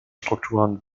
strukturen